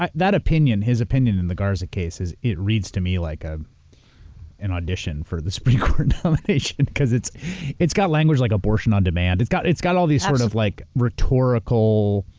ah that opinion, his opinion in the garza case, it reads to me like ah an audition for the supreme court nomination because it's it's got language like abortion on demand. it's got it's got all these sort of like rhetorical,